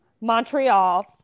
Montreal